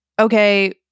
okay